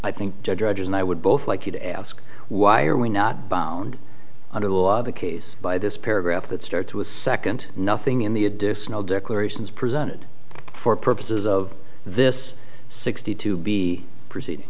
i think judges and i would both like you to ask why are we not bound under the law the case by this paragraph that start to a second nothing in the additional declarations presented for purposes of this sixty two b proceed